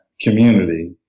community